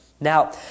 Now